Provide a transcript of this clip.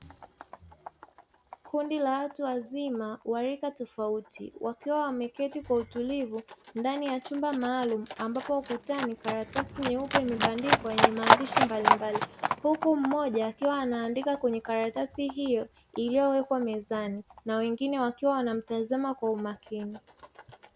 Kundi la watu wazima wa rika tofauti, wakiwa wameketi kwa utulivu ndani ya chumba maalumu ambapo ukutani karatasi nyeupe imebandikwa yenye maandishi mbalimbali, huku mmoja akiwa anaandika kwenye karatasi hiyo iliyowekwa mezani na wengine wakiwa wanamtazama kwa umakini.